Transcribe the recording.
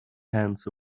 hands